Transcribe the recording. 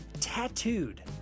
Tattooed